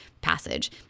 passage